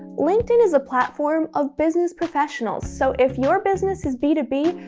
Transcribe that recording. linkedin is a platform of business professionals. so if your business is b two b,